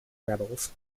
rebels